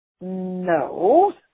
No